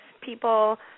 people